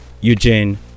Eugene